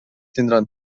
tindran